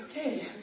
okay